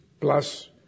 plus